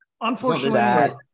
Unfortunately